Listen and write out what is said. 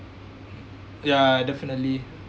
ya definitely